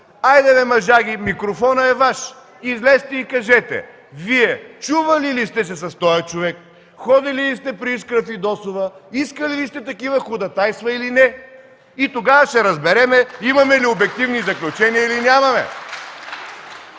Хайде, бе, мъжаги, микрофонът е Ваш! Излезте и кажете: Вие чували ли сте се с този човек, ходили ли сте при Искра Фидосова, искали ли сте такива ходатайства, или не? И тогава ще разберем имаме ли обективни заключения или нямаме!